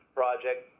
project